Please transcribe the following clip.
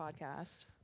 podcast